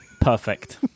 Perfect